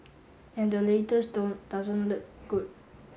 and the latest doesn't look good